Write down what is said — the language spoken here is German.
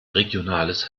regionales